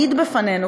העיד בפנינו,